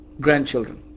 grandchildren